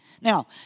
Now